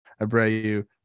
Abreu